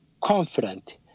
confident